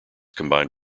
combined